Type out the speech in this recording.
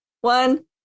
one